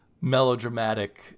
melodramatic